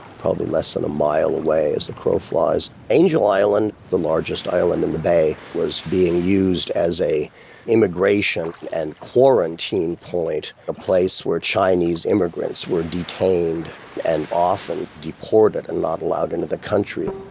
probably less than a mile away as the crow flies, angel island, the largest island in the bay, was being used as an immigration and quarantine point, a place where chinese immigrants were detained and often deported and not allowed into the country